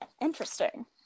Interesting